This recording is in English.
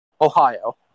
Ohio